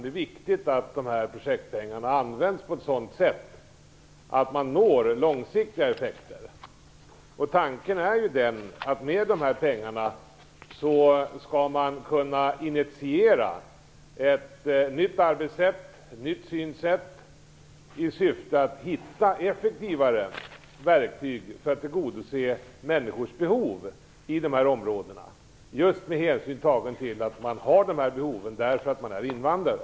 Det är viktigt att dessa projektpengar används på ett sådant sätt att man når långsiktiga effekter. Tanken är att man med dessa pengar skall kunna initiera ett nytt arbetssätt och synsätt i syfte att hitta effektivare verktyg för att tillgodose människors behov i dessa områden, med hänsyn till att de har dessa behov för att de är invandrare.